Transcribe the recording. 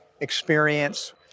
experience